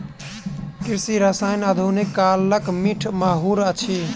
कृषि रसायन आधुनिक कालक मीठ माहुर अछि